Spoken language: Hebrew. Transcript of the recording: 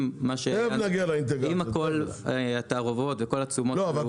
אם כל התערובות והתשומות עלו,